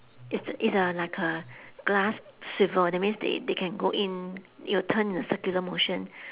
it's a it's a like a glass swivel that means they they can go in it will turn in a circular motion